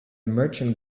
merchant